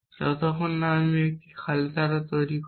যতক্ষণ না আমি একটি খালি ধারা তৈরি করি